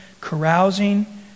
carousing